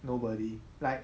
nobody like